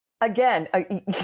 again